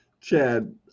Chad